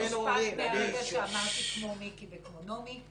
אז מחק את המשפט מהרגע שאמרתי כמו מיקי וכמו נעמי,